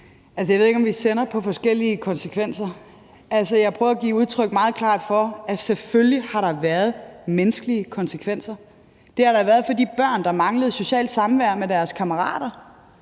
jeg ved ikke, om vi sender på forskellige frekvenser. Jeg prøvede at give meget klart udtryk for, at selvfølgelig har der været menneskelige konsekvenser. Det har der været for de børn, der manglede socialt samvær med deres kammerater;